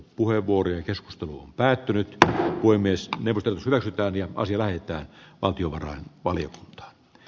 puhevuori keskustelu on päättynyt tätä voi myös nimetä vähintäänkin voisi lähettää olkiluodon valiot g